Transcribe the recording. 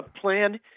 Plan